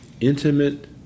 intimate